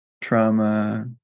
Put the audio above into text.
trauma